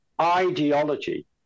ideology